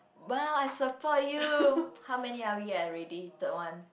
[wah] I support you how many are we at already third one